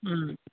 ம்